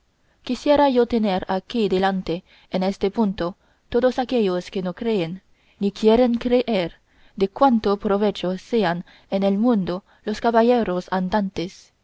quisiera yo tener aquí delante en este punto todos aquellos que no creen ni quieren creer de cuánto provecho sean en el mundo los caballeros andantes